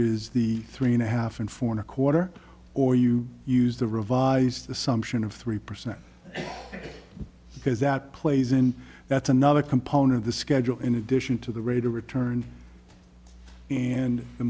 is the three and a half and former quarter or you use the revised assumption of three percent because that plays in that's another component of the schedule in addition to the rate of return and the